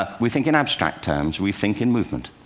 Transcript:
ah we think in abstract terms, we think in movement.